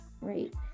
right